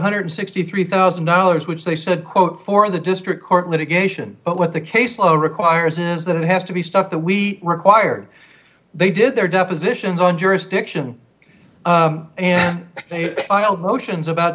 hundred and sixty three thousand dollars which they said quote for the district court litigation but what the case law requires is that it has to be stuff that we required they did their depositions on jurisdiction and i'll post ins about